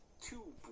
two